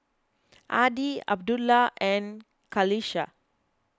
Adi Abdullah and Qalisha